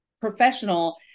professional